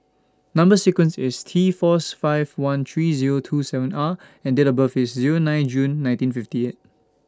Number sequence IS T Fourth five one three Zero two seven R and Date of birth IS Zero nine June nineteen fifty eight